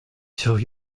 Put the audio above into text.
sur